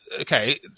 okay